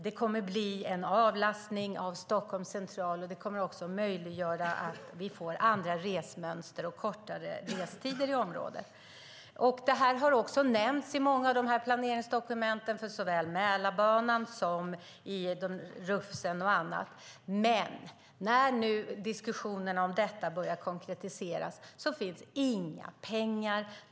Det kommer att bli en avlastning av Stockholms central, och det kommer att möjliggöra andra resmönster och kortare restider i området. Det här har nämnts i planeringsdokumenten för Mälarbanan och i den regionala utvecklingsplanen för Stockholm, RUFS. Men när nu diskussionen om detta börjar konkretiseras finns inga pengar.